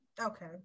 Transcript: Okay